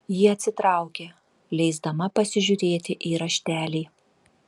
ji atsitraukė leisdama pasižiūrėti į raštelį